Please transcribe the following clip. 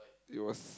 it was